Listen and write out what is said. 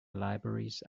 libraries